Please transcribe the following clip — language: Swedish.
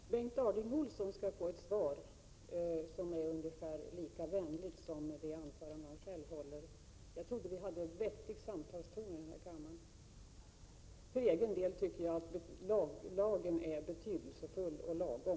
Fru talman! Bengt Harding Olson skall få ett svar, som är ungefär lika vänligt som det anförande han själv höll — jag trodde att vi hade en vettig samtalston här i kammaren. För egen del tycker jag att lagen är betydelsefull och lagom.